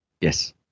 Yes